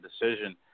decision